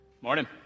Morning